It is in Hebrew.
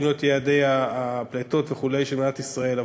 להיות יעדי הפליטות של מדינת ישראל וכו',